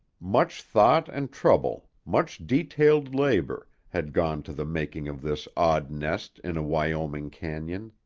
much thought and trouble, much detailed labor, had gone to the making of this odd nest in a wyoming canon.